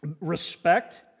respect